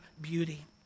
beauty